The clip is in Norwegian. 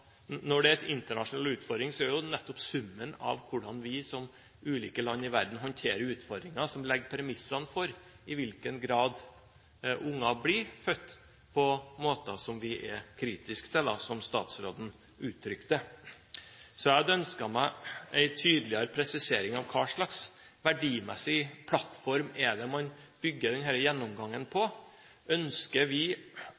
Når det er en internasjonal utfordring, er det nettopp summen av hvordan vi som ulike land i verden håndterer utfordringen, som legger premissene for i hvilken grad unger blir født på måter som vi er kritiske til, som statsråden uttrykte det. Jeg hadde ønsket meg en tydeligere presisering av hva slags verdimessig plattform man bygger denne gjennomgangen på.